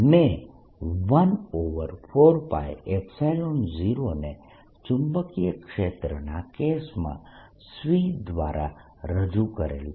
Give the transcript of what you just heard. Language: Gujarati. મેં 14π0 ને ચુંબકીય ક્ષેત્રના કેસમાં C દ્વારા રજૂ કરેલ છે